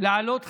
לעלות חזרה.